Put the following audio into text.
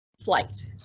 Flight